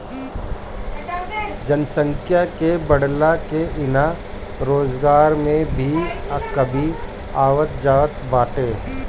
जनसंख्या के बढ़ला से इहां रोजगार में भी कमी आवत जात बाटे